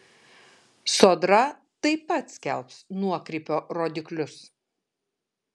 sodra taip pat skelbs nuokrypio rodiklius